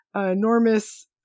enormous